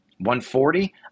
140